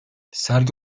sergi